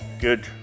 Good